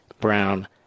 brown